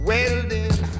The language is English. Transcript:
Welding